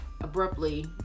abruptly